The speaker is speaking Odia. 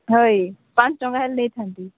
ହଇ ପାଞ୍ଚ ଟଙ୍କା ହେଲେ ନେଇଥାନ୍ତି